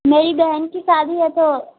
मेरी बहन की शादी है तो